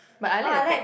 but I like the bag